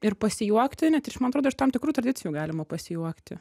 ir pasijuokti net ir iš man atrodo iš tam tikrų tradicijų galima pasijuokti